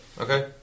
Okay